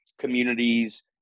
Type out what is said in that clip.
communities